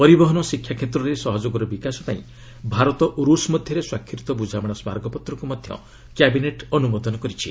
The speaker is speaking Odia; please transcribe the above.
ପରିବହନ ଶିକ୍ଷା କ୍ଷେତ୍ରରେ ସହଯୋଗର ବିକାଶ ପାଇଁ ଭାରତ ଓ ରୁଷ୍ ମଧ୍ୟରେ ସ୍ୱାକ୍ଷରିତ ବୁଝାମଣା ସ୍କାରକ ପତ୍ରକୁ ମଧ୍ୟ କ୍ୟାବିନେଟ୍ ଅନୁମୋଦନ କରିଛି